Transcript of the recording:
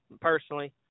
personally